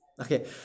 okay